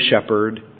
shepherd